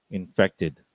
infected